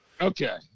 Okay